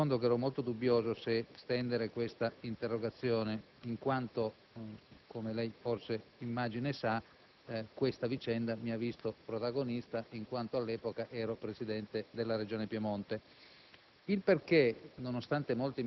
D'altro canto, non le nascondo che ero molto dubbioso se presentare questa interrogazione dal momento che, come forse immagino sa, questa vicenda mi ha visto protagonista, in quanto all'epoca ero Presidente della Regione Piemonte.